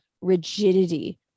rigidity